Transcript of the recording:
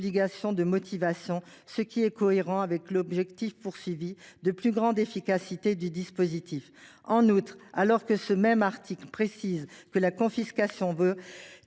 de motivation, ce qui est cohérent avec l’objectif poursuivi de plus grande efficacité du dispositif. En outre, alors que ce même article précise que la confiscation